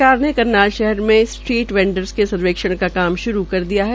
सरकार ने करनाल में स्ट्रीट वैंडर्स के सर्वेक्षण का काम श्रू कर दिया है